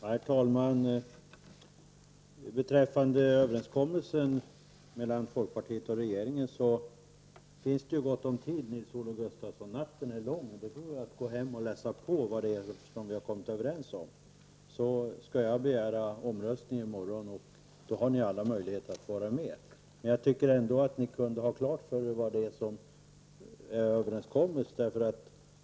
Herr talman! Beträffande överenskommelsen mellan folkpartiet och regeringen finns det gott om tid, Nils-Olof Gustafsson. Natten är lång, och det går bra att gå hem och läsa på vad det är vi har kommit överens om. Sedan skall jag begära omröstning i morgon så att ni har alla möjligheter att vara med. Jag tycker ändå att ni kunde ha klart för er vad det är som vi har kommit överens om.